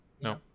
No